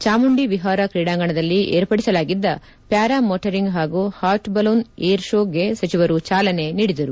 ಚಾಮುಂಡಿ ವಿಹಾರ ಕ್ರಿಡಾಂಗಣದಲ್ಲಿ ಏರ್ಪಡಿಸಲಾಗಿದ್ದ ಪ್ಲಾರಮೋಟರಿಂಗ್ ಹಾಗೂ ಹಾಟ್ ಬಲೂನ್ ಏರ್ ಶೋ ಗೆ ಸಚಿವರು ಚಾಲನೆ ನೀಡಿದರು